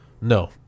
No